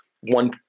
one